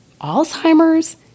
Alzheimer's